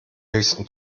höchsten